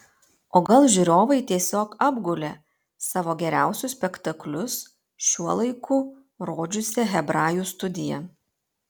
o gal žiūrovai tiesiog apgulė savo geriausius spektaklius šiuo laiku rodžiusią hebrajų studiją